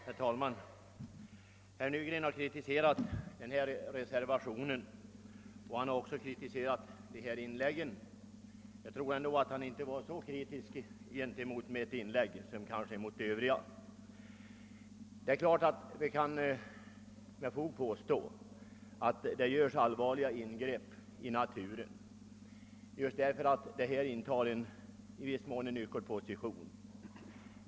Herr talman! Herr Nygren har kritiserat reservationen och vissa inlägg i debatten, men jag tror att han inte var så kritisk mot mitt anförande som mot de övriga. Vi kan naturligtvis med fog påstå att det görs allvarliga ingrepp i naturen just därför att det aktuella projektet i viss mån intar en nyckelposition.